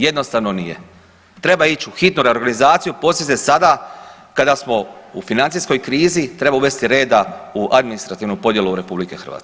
Jednostavno nije, treba ić u hitnu reorganizaciju, posebice sada kada smo u financijskoj krizi treba uvesti reda u administrativnu podjelu RH.